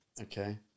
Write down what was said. okay